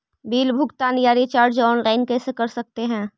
Bill भुगतान या recharge online भुगतान कर सकते हैं?